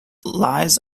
lies